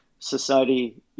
society